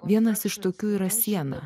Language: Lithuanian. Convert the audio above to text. vienas iš tokių yra siena